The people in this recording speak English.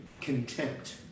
contempt